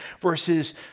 versus